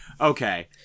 Okay